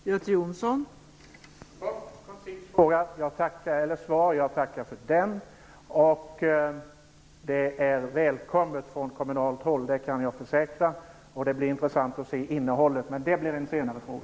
Fru talman! Det var ett koncist svar. Jag tackar för det. Det välkomnas från kommunalt håll, det kan jag försäkra. Det blir intressant att se innehållet, men det blir en senare fråga.